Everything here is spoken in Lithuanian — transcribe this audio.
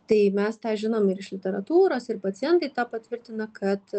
tai mes tą žinom ir iš literatūros ir pacientai tą patvirtina kad